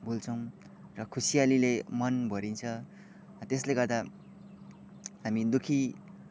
भुल्छौँ र खुसियालीले मन भरिन्छ त्यसले गर्दा हामी दुःखी